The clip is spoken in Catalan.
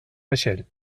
vaixell